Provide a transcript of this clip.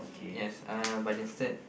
yes uh but instead